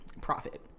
profit